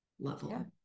level